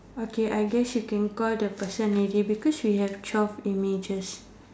okay I guess you can call the person already because we have twelve images